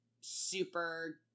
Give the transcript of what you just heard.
super